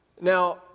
Now